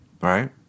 Right